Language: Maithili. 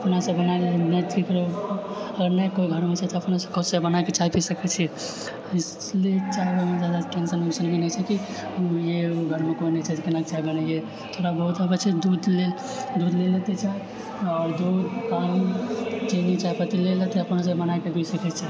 अपनासँ बनाय अगर नहि केओ घरमे छै तऽ अपनोसँ खुदसँ बनाए कऽ चाय पी सकैत छी इसलिए चाय बनबैमे जादा टेंशन ओनसन भी नहि छै या ओ घरमे केओ नहि छै तऽ केना चाय बनैयै थोड़ा बहुत अबैत छै दूध ले लेतै आओर दूध पानी चीनी चायपत्ती ले लेतै अपनोसँ बनाए कऽ पी सकैत छै